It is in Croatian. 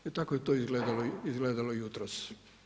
I tako je to izgledalo jutros.